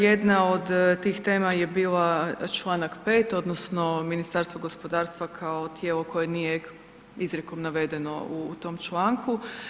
Jedna od tih tema je bila članak 5. Odnosno Ministarstvo gospodarstva kao tijelo koje nije izrijekom navedeno u tom članku.